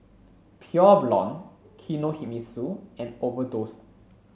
Pure Blonde Kinohimitsu and Overdose